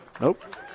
Nope